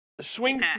swing